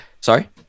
Sorry